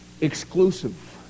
exclusive